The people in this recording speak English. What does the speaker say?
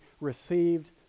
received